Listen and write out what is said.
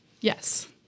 Yes